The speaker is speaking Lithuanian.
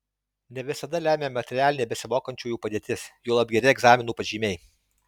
ne visada lemia materialinė besimokančiųjų padėtis juolab geri egzaminų pažymiai